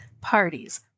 Parties